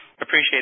appreciate